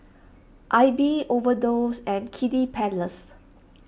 Aibi Overdose and Kiddy Palace